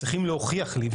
צריכים להוכיח לי,